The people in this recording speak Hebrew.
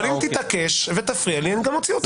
אם תתעקש ותפריע לי, אני גם אוציא אותך.